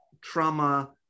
trauma